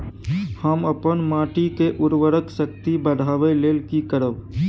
हम अपन माटी के उर्वरक शक्ति बढाबै लेल की करब?